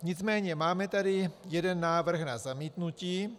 Nicméně máme tady jeden návrh na zamítnutí.